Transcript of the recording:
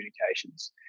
communications